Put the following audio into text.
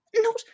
Not